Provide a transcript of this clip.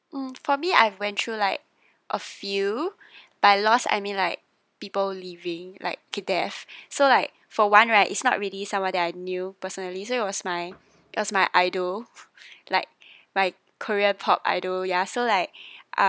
erm for me I've went through like a few by lost I mean like people leaving like death so like for one right it's not really somebody that I knew personally so it was my it was my idol like my korean pop idol ya so like uh